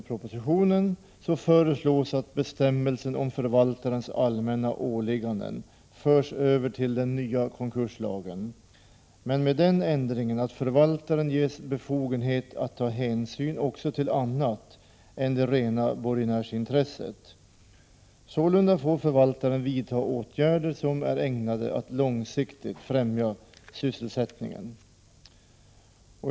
I propositionen föreslås att bestämmelsen om förvaltarens allmänna åligganden förs över till den nya konkurslagen, men med den ändringen att förvaltaren ges befogenhet att ta hänsyn till också annat än det rena borgenärsintresset. Sålunda får förvaltaren vidta åtgärder som är ägnade att långsiktigt främja sysselsättningen.